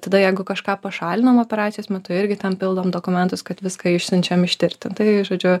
tada jeigu kažką pašalinam operacijos metu irgi ten pildom dokumentus kad viską išsiunčiam ištirti tai žodžiu